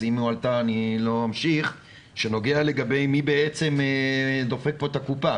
לגבי השאלה מי בעצם דופק פה את הקופה,